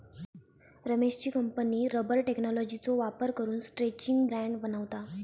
रमेशची company rubber टेक्नॉलॉजीचो वापर करून स्ट्रैचिंग बँड बनवता